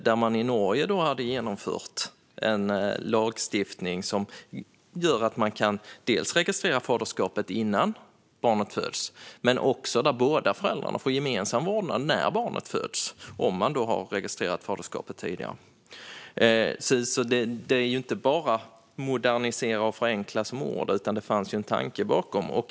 I Norge hade man infört en lagstiftning som gör dels att faderskapet kan registreras innan barnet föds, dels att föräldrarna får gemensam vårdnad när barnet föds om faderskapet har registrerats tidigare. Det handlar alltså inte bara om "modernisera" och "förenkla" som ord, utan det fanns en tanke bakom dem.